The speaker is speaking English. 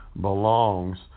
belongs